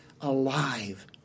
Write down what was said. alive